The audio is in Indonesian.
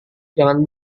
jangan